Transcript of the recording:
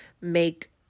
make